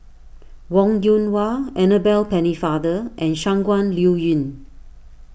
Wong Yoon Wah Annabel Pennefather and Shangguan Liuyun